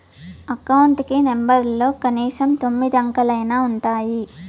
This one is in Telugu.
అకౌంట్ కి నెంబర్లలో కనీసం తొమ్మిది అంకెలైనా ఉంటాయి